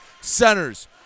centers